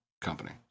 company